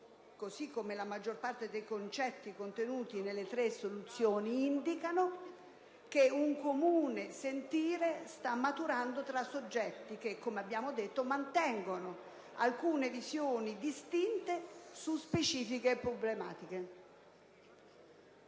così come la maggior parte dei concetti contenuti nelle tre risoluzioni, indica che un comune sentire sta maturando tra soggetti che, come abbiamo detto, mantengono alcune visioni distinte su specifiche problematiche.